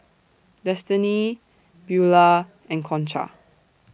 Destini Beaulah and Concha